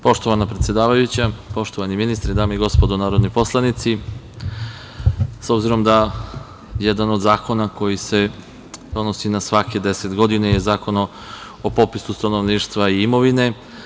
Poštovana predsedavajuća, poštovani ministre, dame i gospodo narodni poslanici, jedan od zakona koji se donosi na svakih deset godina je Zakon o popisu stanovništva i imovine.